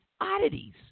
oddities